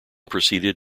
proceeded